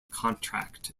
contract